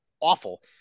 awful